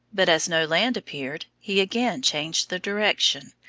but as no land appeared, he again changed the direction,